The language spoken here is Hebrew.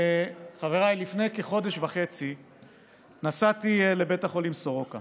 לפני כחודש וחצי נסעתי לבית החולים סורוקה